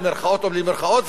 במירכאות או בלי מירכאות,